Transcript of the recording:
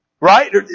right